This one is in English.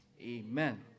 amen